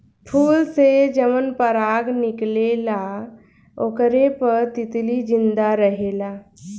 फूल से जवन पराग निकलेला ओकरे पर तितली जिंदा रहेले